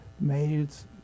Males